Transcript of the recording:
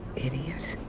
idiot.